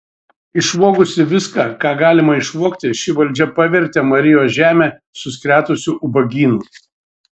išvogusi viską ką galima išvogti ši valdžia pavertė marijos žemę suskretusiu ubagynu